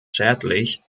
schädlich